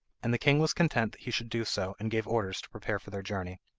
and the king was content that he should do so, and gave orders to prepare for their journey.